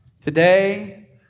today